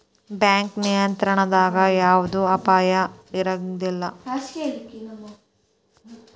bank ನಿಯಂತ್ರಣದಾಗಿದ್ರ ಯವ್ದ ಅಪಾಯಾ ಇರಂಗಿಲಂತ್